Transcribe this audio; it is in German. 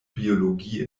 biologie